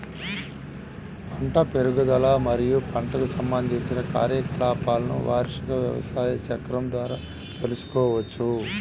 పంట పెరుగుదల మరియు పంటకు సంబంధించిన కార్యకలాపాలను వార్షిక వ్యవసాయ చక్రం ద్వారా తెల్సుకోవచ్చు